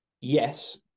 yes